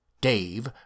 Dave